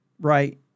Right